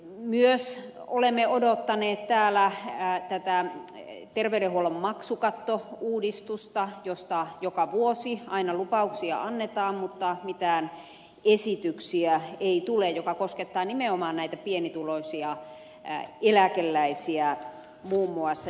myös olemme odottaneet täällä tätä terveydenhuollon maksukattouudistusta josta joka vuosi aina lupauksia annetaan mutta mitään esityksiä ei tule jotka koskettavat nimenomaan näitä pienituloisia eläkeläisiä muun muassa